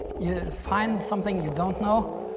you find something you don't know.